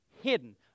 hidden